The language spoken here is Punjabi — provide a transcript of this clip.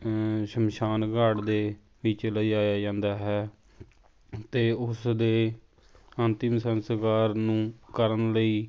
ਸ਼ਮਸ਼ਾਨ ਘਾਟ ਦੇ ਵਿੱਚ ਲਜਾਇਆ ਜਾਂਦਾ ਹੈ ਅਤੇ ਉਸ ਦੇ ਅੰਤਿਮ ਸੰਸਕਾਰ ਨੂੰ ਕਰਨ ਲਈ